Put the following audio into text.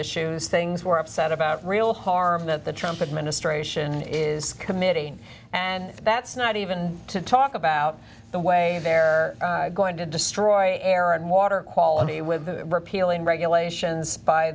issues things we're upset about real harm that the trumpet ministration is committing and that's not even to talk about the way they're going to destroy air and water quality with repealing regulations by